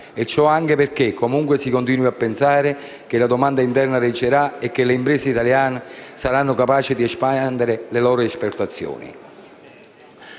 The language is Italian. E ciò anche perché comunque si continua a pensare che la domanda interna reggerà e che le imprese italiane saranno capaci di espandere le loro esportazioni.